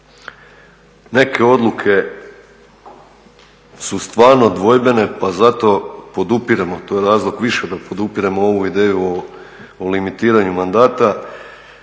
neke odluke su stvarno dvojbene pa zato podupiremo, to je razlog više da podupiremo ovu ideju o limitiranju mandata.